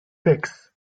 six